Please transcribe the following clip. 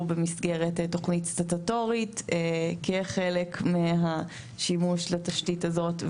במסגרת תכנית סטטוטורית כחלק מהשימוש לתשתית הזאת.